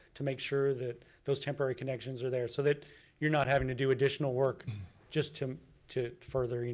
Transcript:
to make sure that those temporary connections are there, so that you're not having to do additional work just to to further, and